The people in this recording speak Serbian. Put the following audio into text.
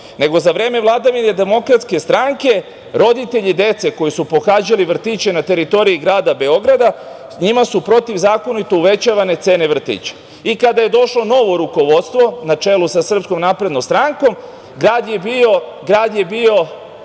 nego za vreme vladavine DS roditelji dece koja su pohađala vrtiće na teritoriji grada Beograda njima su protivzakonito uvećavane cene vrtića. I, kada je došlo novo rukovodstvo na čelu sa Srpskom naprednom strankom ka gradu je bilo